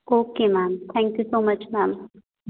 okay ma'am thank you so much ma'am